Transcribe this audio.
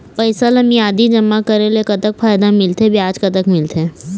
पैसा ला मियादी जमा करेले, कतक फायदा मिलथे, ब्याज कतक मिलथे?